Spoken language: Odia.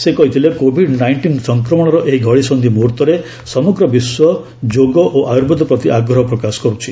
ସେ କହିଥିଲେ କୋଭିଡ୍ ନାଇଷ୍ଟିନ୍ ସଂକ୍ରମଣର ଏହି ଘଡ଼ିସନ୍ଧି ମୁହୂର୍ଭରେ ସମଗ୍ର ବିଶ୍ୱ ଯୋଗ ଓ ଆୟୁର୍ବେଦ ପ୍ରତି ଆଗ୍ରହ ପ୍ରକାଶ କରୁଛି